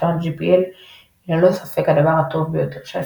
רישיון GPL היה ללא ספק הדבר הטוב ביותר שעשיתי".